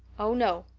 oh, no.